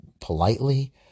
politely